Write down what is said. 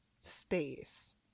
space